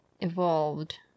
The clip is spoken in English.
evolved